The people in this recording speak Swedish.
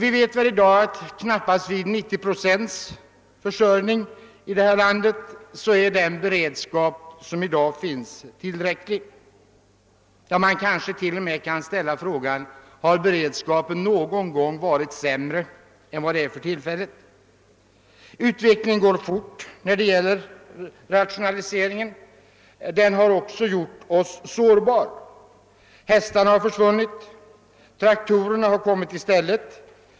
Inte ens vid 90 procents försörjning är dagens beredskap tillräcklig. Man kanske rent av kan ställa frågan: Har beredskapen någon gång varit sämre än för närvarande? Utvecklingen går fort när det gäller rationaliseringen, och den har gjort oss sårbara. Hästarna har försvunnit och traktorerna har kommit i stället.